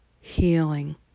healing